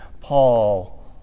Paul